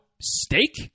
steak